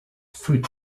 fruit